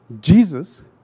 Jesus